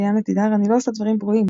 אליאנה תדהר "אני לא עושה דברים פרועים",